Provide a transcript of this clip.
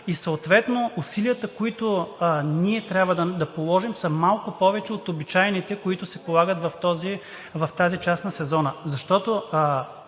и съответно усилията, които трябва да положим, са малко повече от обичайните, които се полагат в тази част на сезона,